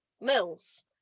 Mills